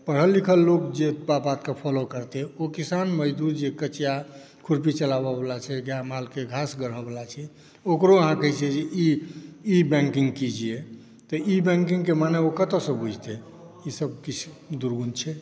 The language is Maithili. पढ़ल लिखल लोक जे ई बातकेँ फॉलो करतै ओ किसान मजदूर या कचिया खुर्पी चलाबऽ वाला छै गाय मालकेँ घास गढ़ऽ वाला छै ओकरो अहाँ कहै छियै जे ई ई बैंकिन्ग कीजिए तऽ ई बैंकिंग केँ मने ओ कतय सॅं बुझतै ई सभ किछु दुर्गुण छै